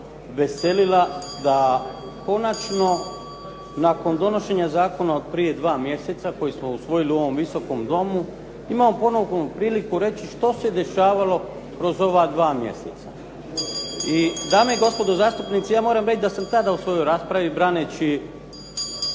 veselila da konačno nakon donošenja zakona od prije dva mjeseca koji smo usvojili u ovom Visokom domu, imamo ponovno priliku reći što se dešavalo kroz ova dva mjeseca. I dame i gospodo zastupnici, ja moram reći da sam tada u svojoj raspravi braneći